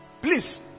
please